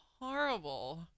horrible